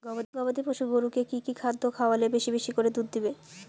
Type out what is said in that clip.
গবাদি পশু গরুকে কী কী খাদ্য খাওয়ালে বেশী বেশী করে দুধ দিবে?